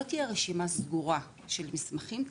לא תהיה רשימה אחידה וסגורה של מסמכים,